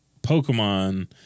Pokemon